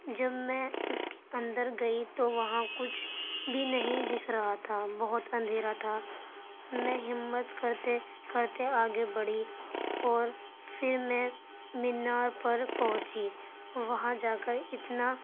جب میں اس کے اندر گئی تو وہاں کچھ بھی نہیں دکھ رہا تھا بہت اندھیرا تھا میں ہمت کرتے کرتے آگے بڑھی اور پھر میں مینار پر پہنچی وہاں جا کر اتنا